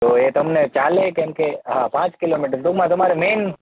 તો એ તમને ચાલે કેમ કે હા પાંચ કિલોમીટર ટૂંકમાં તમારે મેઈન